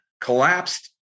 collapsed